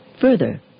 Further